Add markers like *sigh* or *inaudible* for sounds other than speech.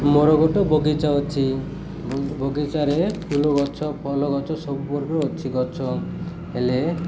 ମୋର ଗୋଟେ ବଗିଚା ଅଛି ବଗିଚାରେ ଫୁଲ ଗଛ ଫଳ ଗଛ ସବୁ *unintelligible* ଅଛି ଗଛ ହେଲେ